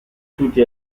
tutti